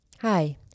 Hi